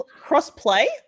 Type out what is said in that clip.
cross-play